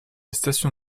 station